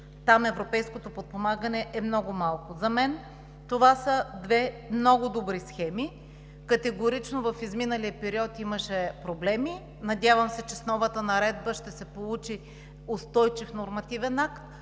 Там европейското подпомагане е много малко. За мен това са две много добри схеми. В изминалия период категорично имаше проблеми. Надявам се, че с новата наредба ще се получи устойчив нормативен акт.